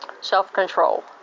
self-control